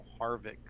harvick